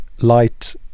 light